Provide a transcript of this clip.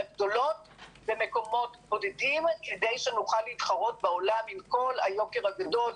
גדולות ומקומות בודדים כדי שנוכל להתחרות בעולם עם כל היוקר הגדול,